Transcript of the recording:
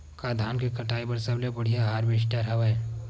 का धान के कटाई बर सबले बढ़िया हारवेस्टर हवय?